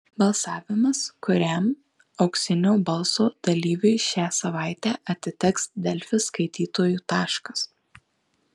balsavimas kuriam auksinio balso dalyviui šią savaitę atiteks delfi skaitytojų taškas